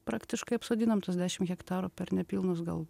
praktiškai apsodinom tuos dešim hektarų per nepilnus gal